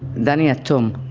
dani atun.